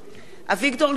אביגדור ליברמן,